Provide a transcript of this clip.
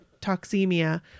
toxemia